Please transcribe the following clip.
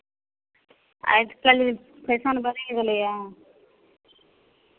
आइ काल्हि फैशन बदलि गेलैए